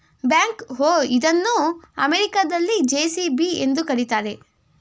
back hoe ಇದನ್ನು ಅಮೆರಿಕದಲ್ಲಿ JCB ಎಂದು ಕರಿತಾರೆ